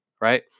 right